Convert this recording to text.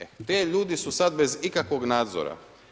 E, ti ljudi su sada bez ikakvog nadzora.